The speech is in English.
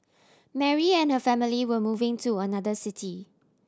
Mary and her family were moving to another city